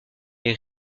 les